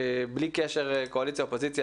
בלי קשר לקואליציה או אופוזיציה,